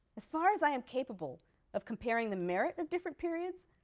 as far as i am capable of comparing the merit of different periods,